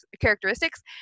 characteristics